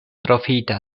profitas